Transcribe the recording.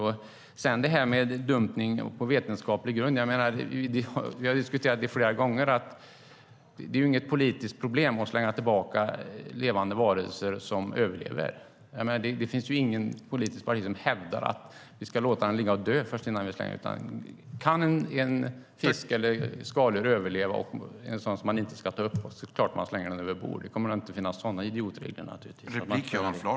I fråga om dumpning och vetenskaplig grund har vi diskuterat flera gånger att det inte är något politiskt problem att slänga tillbaka levande varelser som överlever. Det finns ingen politiker som hävdar att vi ska låta dem ligga och dö innan vi slänger tillbaka dem. Kan fisk eller skaldjur som man inte ska ta upp överleva är det klart att man slänger dem överbord. Det kommer naturligtvis inte att finnas sådana idiotregler.